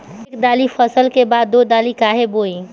एक दाली फसल के बाद दो डाली फसल काहे बोई?